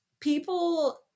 people